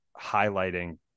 highlighting